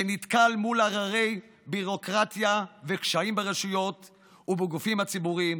שנתקל בהררי ביורוקרטיה וקשיים ברשויות ובגופים הציבוריים